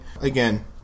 Again –